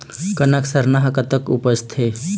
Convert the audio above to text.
कनक सरना हर कतक उपजथे?